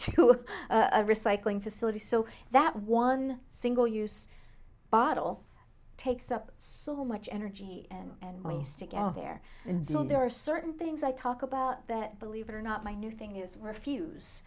to a recycling facility so that one single use bottle takes up so much energy and money stick out there and so there are certain things i talk about that believe it or not my new thing is where fuse